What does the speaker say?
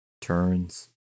turns